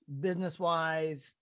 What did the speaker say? business-wise